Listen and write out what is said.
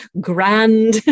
grand